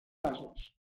asos